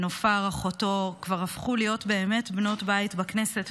ונופר אחותו כבר הפכו להיות באמת בנות בית בכנסת,